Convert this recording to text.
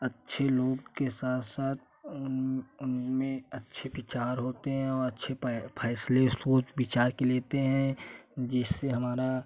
अच्छे लोग के साथ साथ उनमें अच्छे विचार होतें हैं और अच्छे पर फैसलें सोच विचार के लेते हैं जिससे हमारा